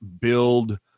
build